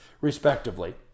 respectively